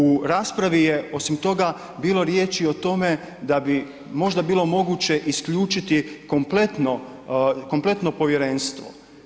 U raspravi je osim toga bilo riječi o tome da bi možda bilo moguće isključiti kompletno, kompletno povjerenstvo.